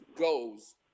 goes